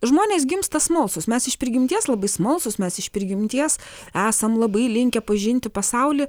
žmonės gimsta smalsūs mes iš prigimties labai smalsūs mes iš prigimties esam labai linkę pažinti pasaulį